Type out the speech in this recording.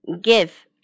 Give